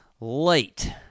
late